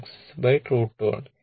66 √ 2 ആണ്